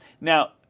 now